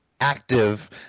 active